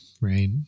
right